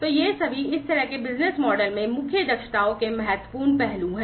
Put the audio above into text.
तो ये सभी इस तरह के बिजनेस मॉडल में मुख्य दक्षताओं के महत्वपूर्ण पहलू हैं